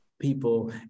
people